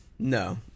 No